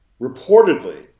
Reportedly